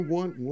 one